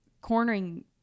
cornering